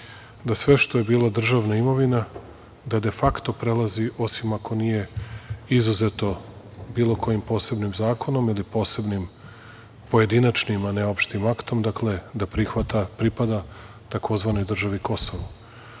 da sve što je bilo državna imovina, da de fakto prelazi, osim ako nije izuzeto bilo kojim posebnim zakonom ili posebnim pojedinačnim, a ne opštim aktom, dakle, da pripada tzv. državi Kosovo.